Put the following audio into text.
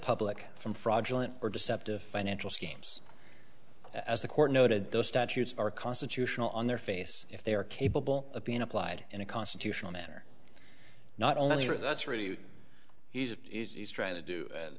public from fraudulent or deceptive financial schemes as the court noted those statutes are constitutional on their face if they are capable of being applied in a constitutional manner not only that's really what he's trying to do a